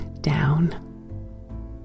down